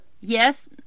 Yes